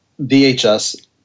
VHS